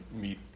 meet